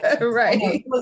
right